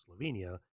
Slovenia